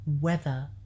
Weather